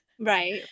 Right